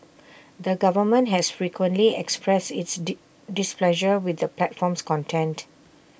the government has frequently expressed its displeasure with the platform's content